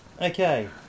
okay